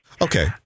Okay